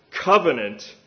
covenant